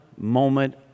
moment